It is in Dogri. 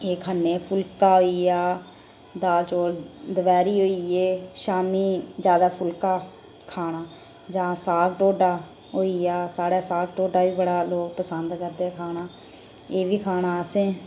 एह् खन्नें फुल्का होइया दाल चौल दपैह्रीं होइये शामीं फुल्का खाना जां साग ढोडा होइया साढ़े साग ढोडा बी बड़ा पसंद करदे खाना एह्बी खाना असें